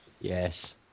Yes